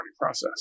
process